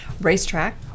Racetrack